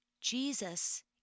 Jesus